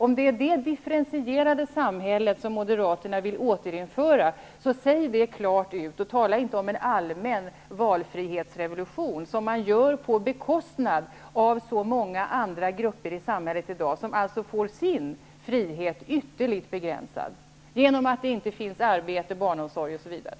Om det är det differentierade samhället som Moderaterna vill införa, säg det då klart och tydligt, och tala inte om en allmän valfrihetsrevolution! Det gör man på bekostnad av så många andra grupper i samhället i dag, som alltså får sin frihet ytterligt begränsad, genom att det inte finns arbete, barnomsorg, osv.